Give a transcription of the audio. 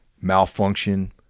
Malfunction